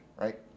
right